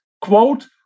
quote